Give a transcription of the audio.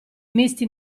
misti